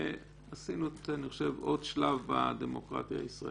ועשינו אני חושב עוד שלב בדמוקרטיה הישראלית.